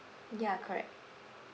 ya correct